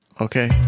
Okay